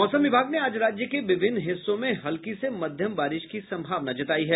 मौसम विभाग ने आज राज्य के विभिन्न हिस्सों में हल्की से मध्यम बारिश की संभावना जतायी है